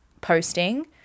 posting